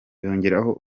yongeraho